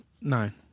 nine